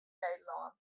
nederlân